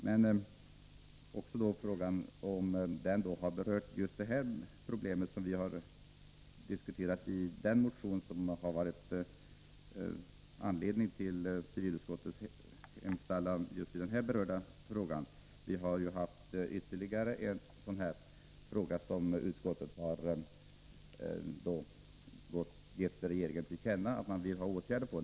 Jag undrar emellertid om studien berört just det problem som diskuterades i den motion som låg bakom civilutskottets hemställan just angående den här frågan. Det finns ju ytterligare en fråga beträffande vilken utskottet har gett regeringen till känna att utskottet önskar att åtgärder vidtas.